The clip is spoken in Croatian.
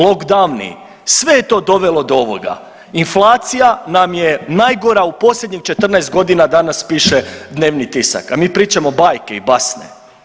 Lockdowni, sve je to dovelo do ovoga, Inflacija nam je najgora u posljednjih 14 godina, danas piše dnevni tisak a mi pričamo bajke i basne.